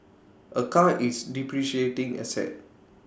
A car is depreciating asset